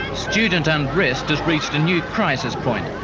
student unrest has reached a new crisis point,